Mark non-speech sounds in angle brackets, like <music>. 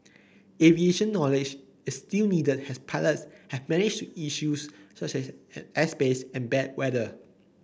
aviation knowledge is still needed as pilots have manage issues such as <unintelligible> airspace and bad weather